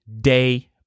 day